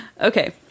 Okay